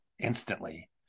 instantly